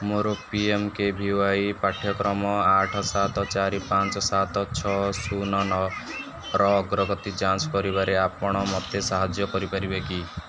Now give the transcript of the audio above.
ମୋର P M K V Y ପାଠ୍ୟକ୍ରମ ଆଠ ସାତ ଚାରି ପାଞ୍ଚ ସାତ ଛଅ ଶୂନ ନଅର ଅଗ୍ରଗତି ଯାଞ୍ଚ କରିବାରେ ଆପଣ ମୋତେ ସାହାଯ୍ୟ କରିପାରିବେ କି